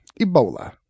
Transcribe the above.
Ebola